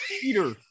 Peter